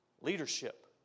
leadership